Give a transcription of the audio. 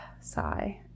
Sigh